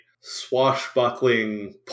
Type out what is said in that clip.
swashbuckling